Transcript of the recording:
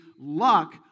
luck